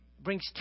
Brings